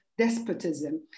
despotism